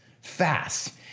fast